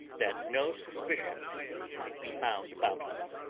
that no suspicions might be found about us.